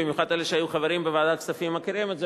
במיוחד אלה שהיו חברים בוועדת הכספים מכירים את זה,